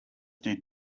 did